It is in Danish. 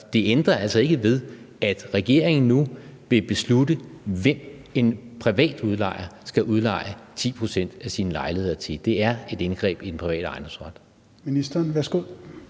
det ændrer altså ikke ved, at regeringen nu vil beslutte, hvem en privat udlejer skal udleje 10 pct. af sine lejligheder til, og det er et indgreb i den private ejendomsret.